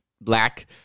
black